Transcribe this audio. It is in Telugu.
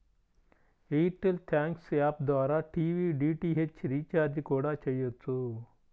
ఎయిర్ టెల్ థ్యాంక్స్ యాప్ ద్వారా టీవీ డీటీహెచ్ రీచార్జి కూడా చెయ్యొచ్చు